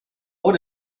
what